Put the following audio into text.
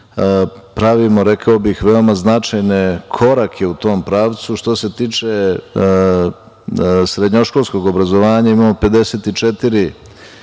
pravimo, rekao bih veoma značajne korake u tom pravcu. Što se tiče srednjoškolskog obrazovanja, imamo 54